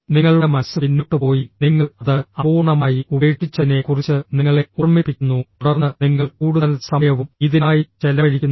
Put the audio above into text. നിങ്ങളുടെ മനസ്സ് പിന്നോട്ട് പോയി നിങ്ങൾ അത് അപൂർണ്ണമായി ഉപേക്ഷിച്ചതിനെ കുറിച്ച് നിങ്ങളെ ഓർമ്മിപ്പിക്കുന്നു തുടർന്ന് നിങ്ങൾ കൂടുതൽ സമയവും ഇതിനായി ചെലവഴിക്കുന്നു